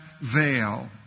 veil